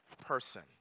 person